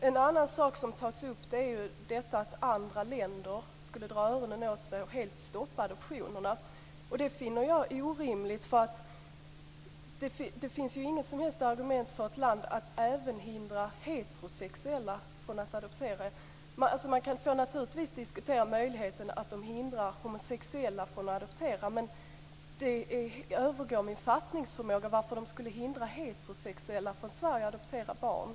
En annan sak som tas upp är att andra länder skulle dra öronen åt sig och helt stoppa adoptionerna. Det finner jag orimligt. Det finns inget som helst argument för ett land att även hindra heterosexuella från att adoptera. Man får naturligtvis diskutera möjligheten att länder hindrar homosexuella från att adoptera. Men det övergår min fattningsförmåga varför de skulle hindra heterosexuella från Sverige att adoptera barn.